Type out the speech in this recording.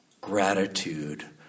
Gratitude